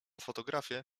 fotografię